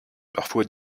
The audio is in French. parfois